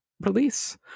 release